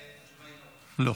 התשובה היא לא.